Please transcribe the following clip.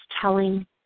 telling